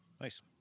Nice